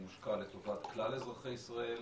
האג'נדה אומרת שהכסף יושקע לטובת כלל אזרחי ישראל,